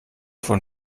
von